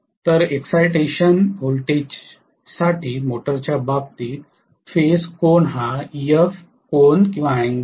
तर इक्साइटेशन व्होल्टेजसाठी मोटरच्या बाबतीत फेज कोन हा असा राहील